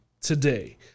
today